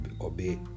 obey